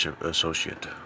associate